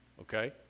Okay